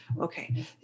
Okay